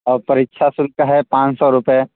और परीक्षा शुल्क है पान सौ रुपये